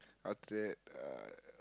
after that uh